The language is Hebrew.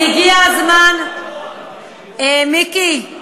הגיע הזמן, מיקי,